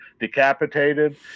decapitated